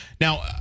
Now